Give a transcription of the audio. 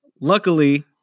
Luckily